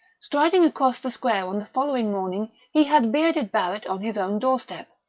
striding across the square on the following morning, he had bearded barrett on his own doorstep.